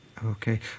Okay